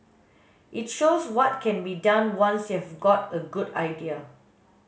it shows what can be done once you have got a good idea